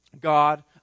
God